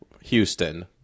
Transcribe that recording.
Houston